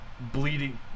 bleeding